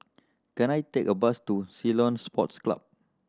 can I take a bus to Ceylon Sports Club